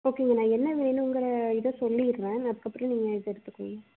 ஓகேங்க நான் என்ன வேணுங்கிற இதை சொல்லிடுறேன் அதுக்கப்புறம் நீங்கள் இதை எடுத்துக்கோங்க